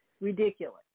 ridiculous